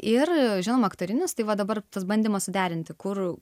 ir žinoma aktorinis tai va dabar tas bandymas suderinti kur